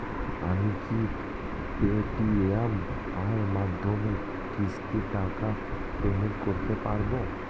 আমি কি Paytm এর মাধ্যমে কিস্তির টাকা পেমেন্ট করতে পারব?